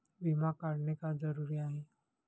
विमा काढणे का जरुरी आहे?